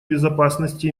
безопасности